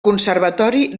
conservatori